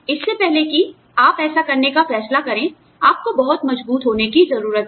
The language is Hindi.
इससे पहले कि आप ऐसा करने का फैसला करें आपको बहुत मजबूत होने की जरूरत है